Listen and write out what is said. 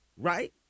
right